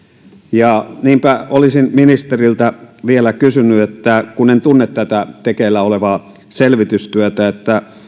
niinpä olisin ministeriltä vielä kysynyt kun en tunne tätä tekeillä olevaa selvitystyötä